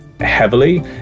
heavily